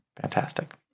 Fantastic